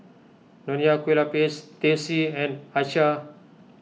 Nonya Kueh Lapis Teh C and Acar